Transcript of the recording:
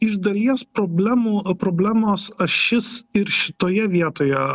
iš dalies problemų problemos ašis ir šitoje vietoje